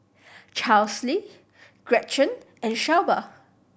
Chesley Gretchen and Shelba